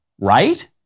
right